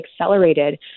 accelerated